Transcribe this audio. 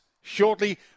shortly